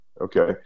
Okay